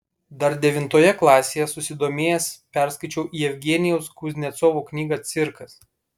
dar devintoje klasėje susidomėjęs perskaičiau jevgenijaus kuznecovo knygą cirkas